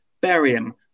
barium